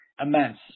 immense